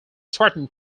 threatened